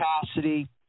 capacity